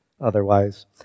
otherwise